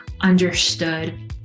understood